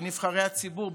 בנבחרי הציבור,